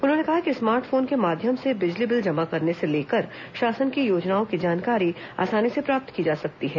उन्होंने कहा कि स्मार्ट फोन के माध्यम से बिजली बिल जमा करने से लेकर शासन की योजनाओं की जानकारी आसानी से प्राप्त की जा सकती है